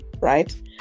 right